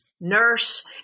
nurse